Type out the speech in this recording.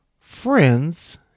Friends